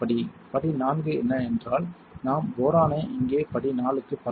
படி IV என்ன என்றால் நாம் போரானை இங்கே படி IV க்கு பரப்ப வேண்டும்